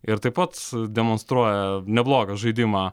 ir taip pat su demonstruoja neblogą žaidimą